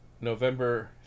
november